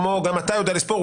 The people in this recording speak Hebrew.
כמו שגם אתה יודע לספור.